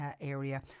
area